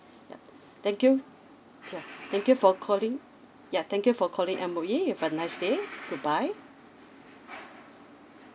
yeah thank you yeah thank you for calling yeah thank you for calling M_O_E have a nice day goodbye